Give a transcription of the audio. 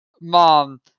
Mom